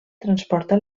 transporta